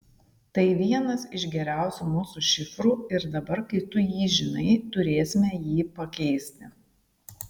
tai vienas iš geriausių mūsų šifrų ir dabar kai tu jį žinai turėsime jį pakeisti